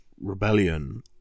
Rebellion